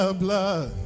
blood